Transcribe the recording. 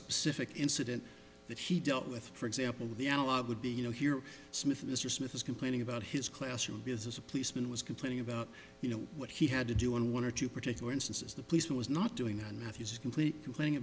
specific incident that he dealt with for example the analog would be you know here smith mr smith was complaining about his classroom business a policeman was complaining about you know what he had to do in one or two particular instances the policeman was not doing on matthew's complete complaining